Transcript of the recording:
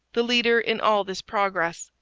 the leader in all this progress.